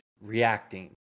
reacting